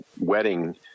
wedding